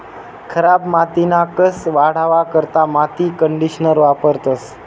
खराब मातीना कस वाढावा करता माती कंडीशनर वापरतंस